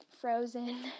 Frozen